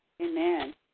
Amen